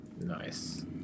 Nice